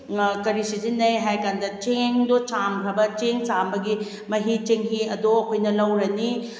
ꯀꯔꯤ ꯁꯤꯖꯤꯟꯅꯩ ꯍꯥꯏꯕ ꯀꯥꯟꯗ ꯆꯦꯡꯗꯣ ꯆꯥꯝꯈꯔꯕ ꯆꯦꯡ ꯆꯥꯝꯕꯒꯤ ꯃꯍꯤ ꯆꯤꯡꯍꯤ ꯑꯗꯣ ꯑꯩꯈꯣꯏꯅ ꯂꯧꯔꯅꯤ